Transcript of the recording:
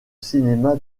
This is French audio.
cinéma